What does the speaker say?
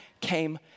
came